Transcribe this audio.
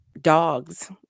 dogs